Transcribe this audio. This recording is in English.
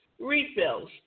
refills